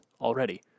already